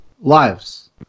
lives